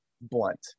blunt